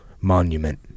monument